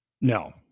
No